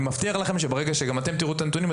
אני מבטיח לכם שברגע שגם אתם תראו את הנתונים,